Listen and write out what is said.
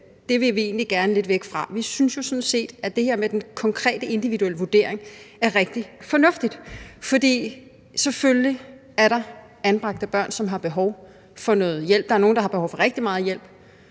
Det vil vi egentlig gerne lidt væk fra. Vi synes jo sådan set, at det her med den konkrete og individuelle vurdering er rigtig fornuftigt, for selvfølgelig er der anbragte børn, som har behov for noget hjælp. Der er nogle, der har behov for rigtig meget hjælp.